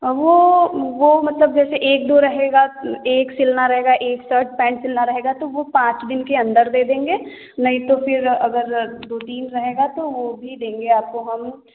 वो वो मतलब जैसे एक दो रहेगा एक सिलना रहेगा एक सर्ट पैंट सिलना रहेगा तो वो पाँच दिन के अंदर दे देंगे नहीं तो फिर अगर दो तीन रहेगा तो वो भी देंगे आपको हम